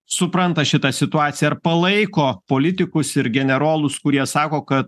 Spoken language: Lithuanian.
supranta šitą situaciją ar palaiko politikus ir generolus kurie sako kad